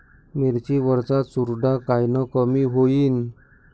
मिरची वरचा चुरडा कायनं कमी होईन?